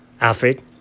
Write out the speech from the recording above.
Alfred